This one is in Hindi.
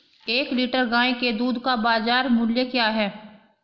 एक लीटर गाय के दूध का बाज़ार मूल्य क्या है?